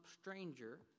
stranger